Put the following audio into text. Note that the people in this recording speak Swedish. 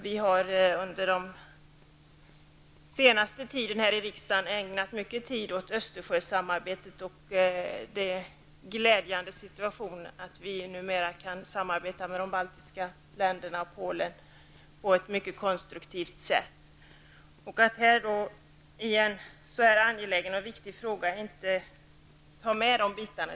Vi har i riksdagen under den senaste tiden ägnat mycket tid åt Östersjösamarbetet. Det är glädjande att vi numera på ett mycket konstruktivt sätt kan samarbeta med de baltiska staterna och Polen. Det skrämmer mig faktiskt att man i en sådan här angelägen och viktig fråga inte tar med dessa aspekter.